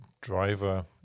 driver